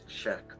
check